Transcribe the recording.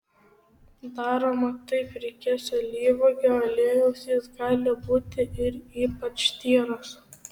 daroma taip reikės alyvuogių aliejaus jis gali būti ir ypač tyras